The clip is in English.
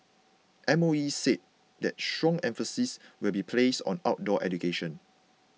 M O E said that strong emphasis will be placed on outdoor education